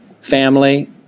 family